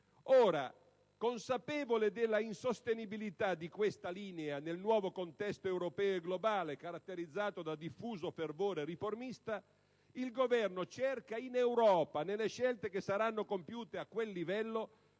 Ora, consapevole della insostenibilità di questa linea - nel nuovo contesto europeo e globale, caratterizzato da diffuso fervore riformista - il Governo cerca in Europa, nelle scelte che saranno compiute a quel livello,